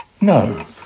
No